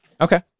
Okay